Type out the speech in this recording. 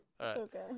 Okay